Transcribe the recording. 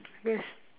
yes